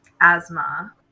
asthma